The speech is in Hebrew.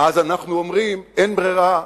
אז אנחנו אומרים: אין ברירה,